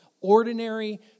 ordinary